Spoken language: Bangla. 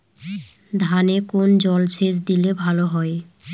ধানে কোন জলসেচ দিলে ভাল হয়?